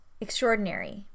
extraordinary